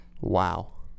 Wow